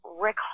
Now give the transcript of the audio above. Rick